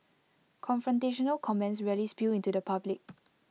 confrontational comments rarely spill into the public